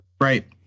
Right